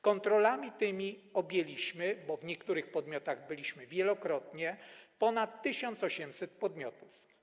Kontrolami tymi objęliśmy - bo w niektórych podmiotach byliśmy wielokrotnie - ponad 1800 podmiotów.